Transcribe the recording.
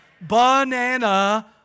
Banana